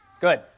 Good